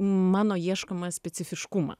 mano ieškomą specifiškumą